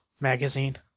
magazine